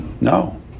No